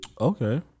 Okay